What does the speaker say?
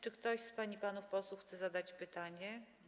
Czy ktoś z pań i panów posłów chce zadać pytanie?